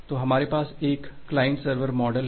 तो हमारे पास एक क्लाइंट सर्वर मॉडल है